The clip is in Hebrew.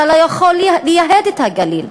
אתה לא יכול לייהד את הגליל.